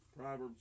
Proverbs